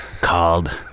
called